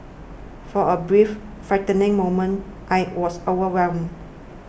for a brief frightening moment I was overwhelmed